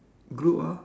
group ah